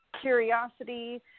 curiosity